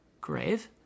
grave